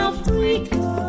Africa